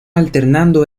alternando